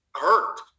hurt